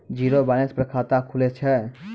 Zero balance पर खाता खुले छै?